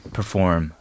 perform